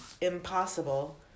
impossible